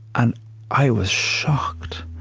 and i was shocked.